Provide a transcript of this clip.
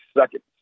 seconds